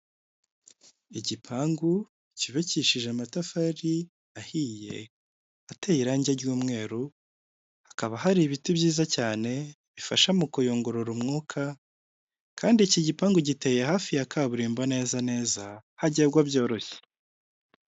Umugore wirabura ufite imisatsi myinshi y’umukara namaso ajya kuba matoya wambaye ikanzu iri mu ibara ry'umutuku, umweru, ndetse n’umukara ahagaze imbere y’ igikuta gifite ibara ry'mweru.